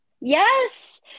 Yes